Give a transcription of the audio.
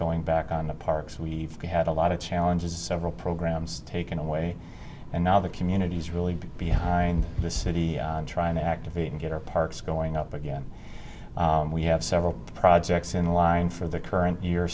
going back on the parks we've had a lot of challenges several programs taken away and now the community is really behind the city trying to activate and get our parks going up again and we have several projects in line for the current year